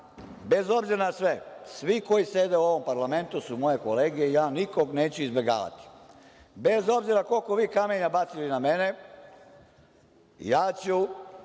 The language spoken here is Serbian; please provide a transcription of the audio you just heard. bez obzira na sve, svi koji sede u ovom parlamentu su moje kolege i ja nikog neću izbegavati. Bez obzira koliko vi kamenja bacili na mene, a mogu